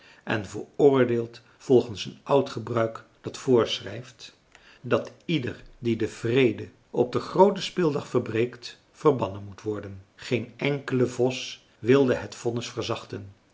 en veroordeeld volgens een oud gebruik dat voorschrijft dat ieder die den vrede op den grooten speeldag verbreekt verbannen moet worden geen enkele vos wilde het vonnis verzachten